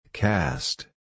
Cast